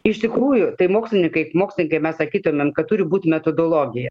iš tikrųjų tai mokslininkai mokslai kai mes sakytumėm kad turi būt metodologija